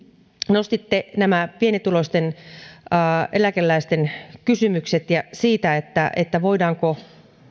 nostitte nämä pienituloisten eläkeläisten kysymykset siitä voidaanko